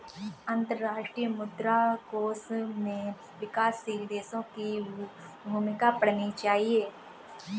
अंतर्राष्ट्रीय मुद्रा कोष में विकासशील देशों की भूमिका पढ़नी चाहिए